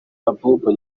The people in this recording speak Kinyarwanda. abouba